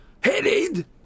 headed